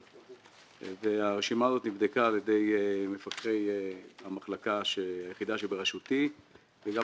הרשימה הזאת נבדקה על ידי מפקחי היחידה שבראשותי וגם